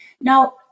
Now